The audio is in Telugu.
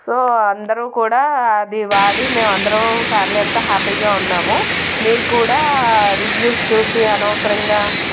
సో అందరు కూడా అది వాడి మేమందరం ఫ్యామిలీ అంతా హ్యాపీగా ఉన్నాము మీరు కూడా రివ్యూస్ చూసి అనవసరంగా